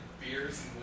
beers